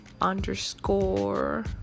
underscore